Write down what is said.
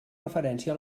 referència